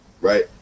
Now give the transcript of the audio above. right